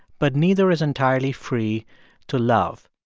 but neither is entirely free to love.